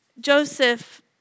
Joseph